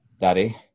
Daddy